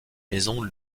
maisons